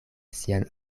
sian